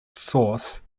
source